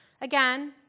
Again